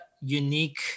unique